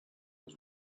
was